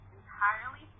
entirely